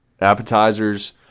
Appetizers